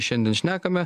šiandien šnekame